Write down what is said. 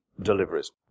deliveries